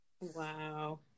Wow